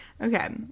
Okay